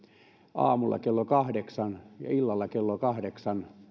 aamulla kello kahdeksan ja illalla kello kahdeksan